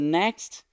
next